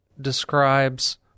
describes